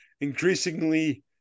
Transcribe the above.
increasingly